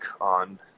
on